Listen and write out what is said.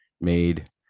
made